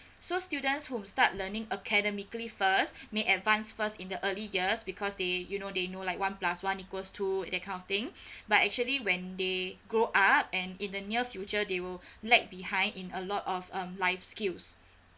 so students who start learning academically first may advance first in the early years because they you know they know like one plus one equals two that kind of thing but actually when they grow up and in the near future they will lag behind in a lot of um life skills